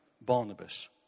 Barnabas